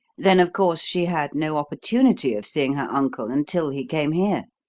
then of course she had no opportunity of seeing her uncle until he came here?